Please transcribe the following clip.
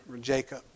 Jacob